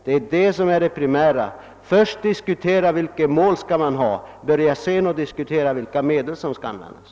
Det är den som är det primära. Diskutera först vilket mål man skall uppställa, och diskutera sedan vilka medel som skall användas!